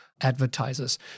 advertisers